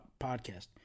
podcast